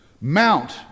mount